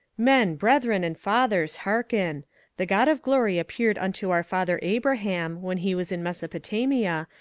men, brethren, and fathers, hearken the god of glory appeared unto our father abraham, when he was in mesopotamia,